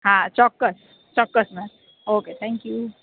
હા ચોક્કસ ચોક્કસ મેમ ઓકે થેન્ક યુ